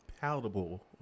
palatable